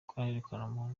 ukuntu